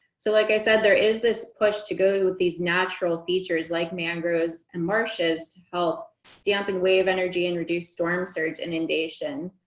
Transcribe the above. so like i said, there is this push to go with these natural features like mangroves and marshes to help dampen wave energy and reduce storm surge inundation.